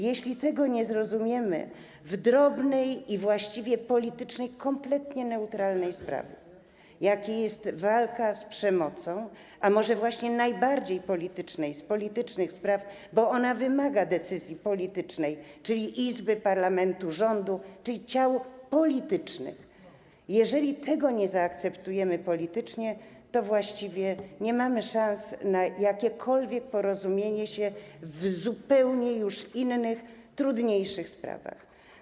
Jeśli tego nie zrozumiemy, tej drobnej i kompletnie neutralnej politycznej sprawie, jaką jest walka z przemocą - może właśnie najbardziej politycznej z politycznych spraw, bo ona wymaga decyzji politycznej, czyli izb parlamentu, rządu, czyli ciał politycznych - jeżeli nie zaakceptujemy tego politycznie, to właściwie nie mamy szans na jakiekolwiek porozumienie się już w zupełnie innych, trudniejszych sprawach.